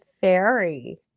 fairy